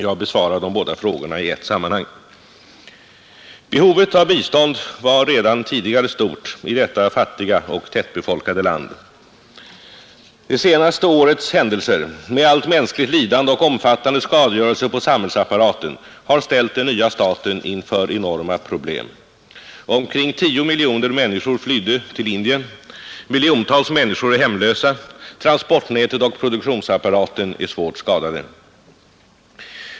Jag besvarar frågorna i ett sammanhang. Behovet av bistånd var redan tidigare stort i detta fattiga och tättbefolkade land. Det senaste årets händelser med allt mänskligt lidande och omfattande skadegörelse på samhällsapparaten har ställt den nya staten inför enorma problem. Omkring 10 miljoner människor flydde till Indien, miljontals människor är hemlösa, transportnätet och produktionsapparaten är svårt skadade.